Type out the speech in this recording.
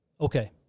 okay